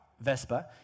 Vespa